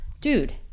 dude